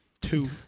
two